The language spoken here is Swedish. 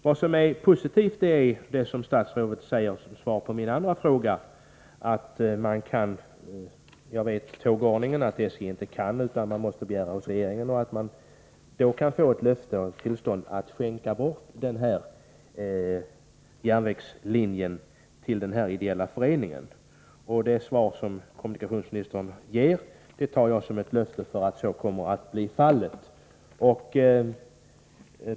Vad som är positivt är det statsrådet säger som svar på min andra fråga. Jag känner till tågordningen att SJ måste begära tillstånd hos regeringen för att få skänka bort järnvägslinjen till den ideella föreningen. Det svar som kommunikationsministern ger tar jag som ett löfte om att så kommer att bli fallet.